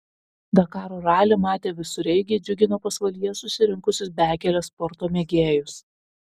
dakaro ralį matę visureigiai džiugino pasvalyje susirinkusius bekelės sporto mėgėjus